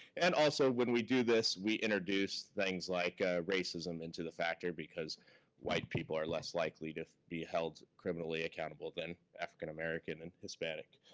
and also, when we do this, we introduce things like racism into the factor because white people are less likely to be held criminally accountable than african american and hispanic.